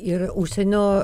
ir užsienio